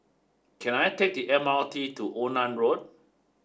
can I take the M R T to Onan Road